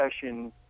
session